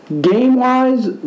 Game-wise